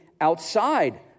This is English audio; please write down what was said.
outside